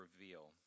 reveal